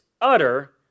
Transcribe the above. utter